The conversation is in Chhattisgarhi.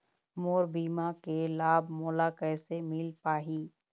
मोर बीमा के लाभ मोला कैसे मिल पाही?